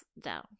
down